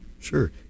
Sure